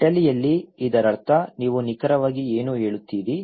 ಇಟಲಿಯಲ್ಲಿ ಇದರರ್ಥ ನೀವು ನಿಖರವಾಗಿ ಏನು ಹೇಳುತ್ತೀರಿ